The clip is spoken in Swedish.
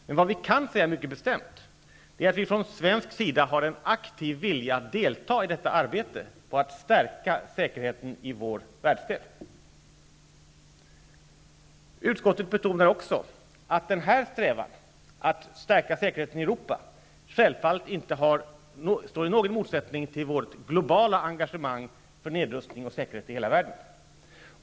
Däremot kan vi mycket bestämt säga att vi från svensk sida har en aktiv vilja att delta i arbetet på att stärka säkerheten i vår världsdel. Utskottet betonar också att strävan att stärka säkerheten i Europa självfallet inte står i någon motsättning till vårt globala engagemang för nedrustning och säkerhet i hela världen.